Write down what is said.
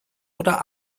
oder